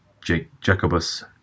Jacobus